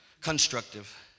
constructive